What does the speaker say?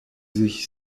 sich